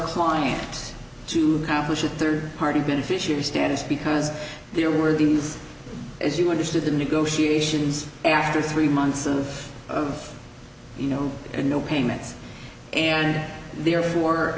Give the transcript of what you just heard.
clients to accomplish it third party beneficiary status because there were these as you understood in negotiations after three months of of you know no payments and therefore